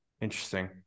Interesting